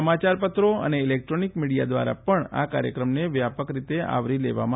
સમાચાર પત્રો અને ઈલેક્ટ્રોનિક મીડિયા દ્વારા પણ આ કાર્યક્રમને વ્યાપક રીતે આવરી લેવામાં આવ્યો હતો